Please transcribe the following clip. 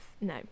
No